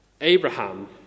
Abraham